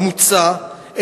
המוצע,